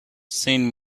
send